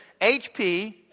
HP